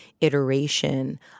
iteration